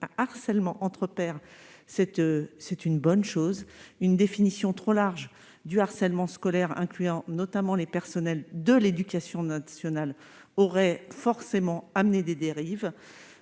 harcèlement entre pairs cette c'est une bonne chose, une définition trop large du harcèlement scolaire incluant notamment les personnels de l'Éducation nationale aurait forcément amené des dérives